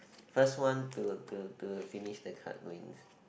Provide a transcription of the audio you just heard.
first one to to to finish the card win